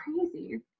crazy